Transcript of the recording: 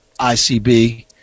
ICB